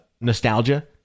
nostalgia